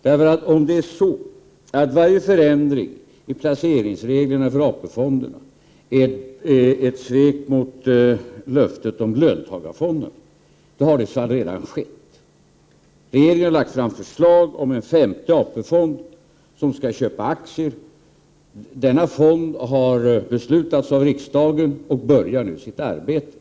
YvmMm varje Oorananng I placeringsreglerna för AP-fonderna är ett svek mot löftet om löntagarfonderna, då har det redan skett. Regeringen har lagt fram förslag om en femte AP-fond som skall köpa aktier. Denna fond har riksdagen fattat beslut om, och fonden skall nu påbörja sitt arbete.